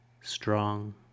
strong